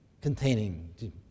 containing